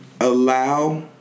allow